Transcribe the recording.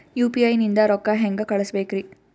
UPI ನಿಂದ ರೊಕ್ಕ ಹೆಂಗ ಕಳಸಬೇಕ್ರಿ?